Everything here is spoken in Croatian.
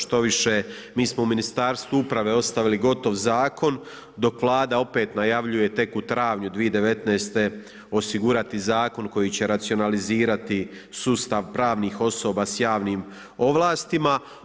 Štoviše, mi smo u Ministarstvu uprave ostavili gotov zakon, dok Vlada opet najavljuje tek u travnju 2019. osigurati zakon koji će racionalizirati sustav pravnih osoba s javnim ovlastima.